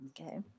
okay